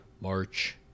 March